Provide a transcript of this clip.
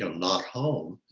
not home,